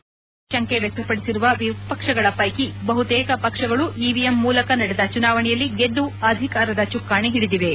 EVM ಗಳ ಬಗ್ಗೆ ತಂಕೆ ವ್ಯಕ್ತಪಡಿಸಿರುವ ವಿಪಕ್ಷಗಳ ಪೈಕಿ ಬಹುತೇಕ ಪಕ್ಷಗಳು ಇವಿಎಂ ಮೂಲಕ ನಡೆದ ಚುನಾವಣೆಯಲ್ಲಿ ಗೆದ್ದು ಅಧಿಕಾರದ ಚುಕ್ಕಾಣಿ ಹಿಡಿದಿವೆ